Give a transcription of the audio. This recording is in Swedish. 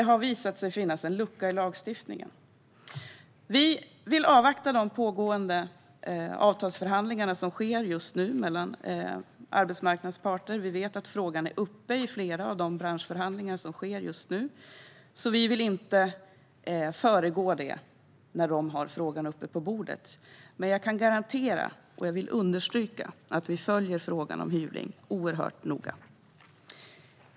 Det har visat sig finnas en lucka i lagstiftningen. Vi vill avvakta pågående avtalsförhandlingar mellan arbetsmarknadens parter. Vi vet att frågan är uppe på bordet i flera av de branschförhandlingar som pågår just nu, och vi vill inte föregå dessa. Jag kan dock garantera och understryka att vi följer frågan om hyvling oerhört noga.